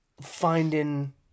Finding